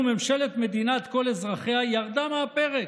ממשלת מדינת כל אזרחיה ירדה מהפרק.